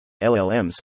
LLMs